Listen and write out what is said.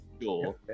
sure